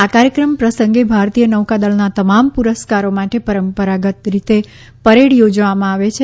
આ કાર્યક્રમ પ્રસંગે ભારતીય નૌકાદળના તમામ પુરસ્કારો માટે પરંપરાગત રીતે પરેડ યોજવામાં આવે છે